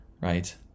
right